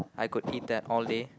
I could eat that all day